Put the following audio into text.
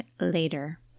later